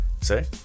Say